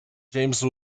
james